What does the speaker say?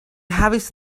havis